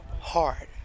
Hard